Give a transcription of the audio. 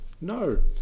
No